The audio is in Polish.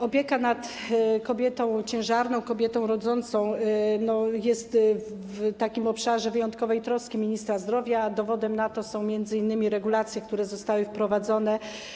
Opieka nad kobietą ciężarną, kobietą rodzącą jest w obszarze wyjątkowej troski ministra zdrowia, a dowodem na to są m.in. regulacje, które zostały wprowadzone.